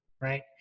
right